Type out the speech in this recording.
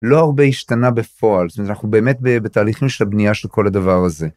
‫לא הרבה השתנה בפועל, זאת אומרת ‫אנחנו באמת בתהליכים של בנייה ‫של כל הדבר הזה.